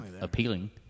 appealing